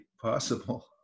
possible